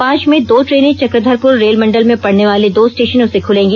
पांच में दो ट्रेनें चक्रधरपुर रेलमंडल में पड़ने वाले दो स्टेशनों से खुलेंगी